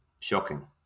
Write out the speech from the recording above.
shocking